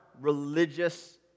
religious